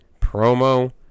promo